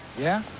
yeah?